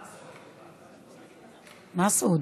מסעוד.